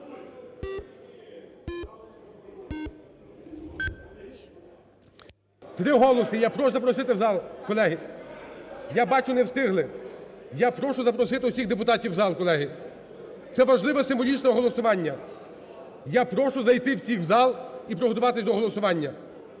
Три голоси. Я прошу запросити в зал, колеги. Я бачу, не встигли. Я прошу запросити усіх депутатів в зал, колеги. Це важливе символічне голосування. Я прошу зайти всіх в зал і приготуватись до голосування.